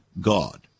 God